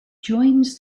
joins